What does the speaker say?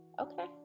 Okay